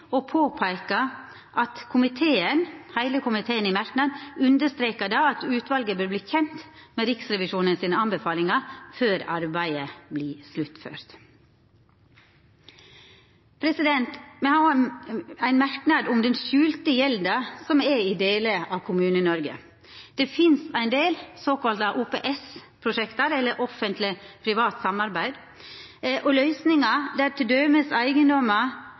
at heile komiteen i merknadene understrekar at utvalet bør verta kjent med Riksrevisjonen sine anbefalingar før arbeidet vert sluttført. Me har òg ein merknad om den skjulte gjelda som er i delar av Kommune-Noreg. Det finst en del såkalla OPS-prosjekt, offentleg–privat samarbeid, og løysingar der